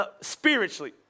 spiritually